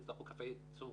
יצטרכו קווי ייצור